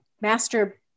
master